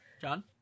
John